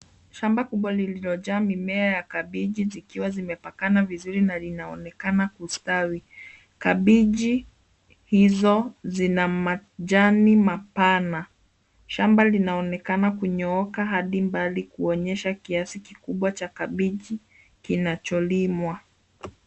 Shamba kubwa lililojaa mimea ya kabichi zikiwa zimepakana vizuri na linaonekana kustawi. Kabichi hizo zina majani mapana. Shamba linaonekana kunyooka hadi mbali kuonyesha kiasi kikubwa cha kabichi kinacholimwa.